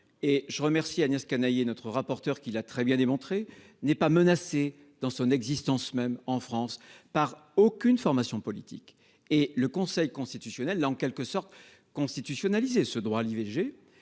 je remercie Agnès Canayer, notre rapporteur, de l'avoir bien démontré -n'est menacée en France par aucune formation politique. Le Conseil constitutionnel a, en quelque sorte, constitutionnalisé le droit à l'IVG,